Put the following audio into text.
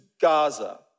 Gaza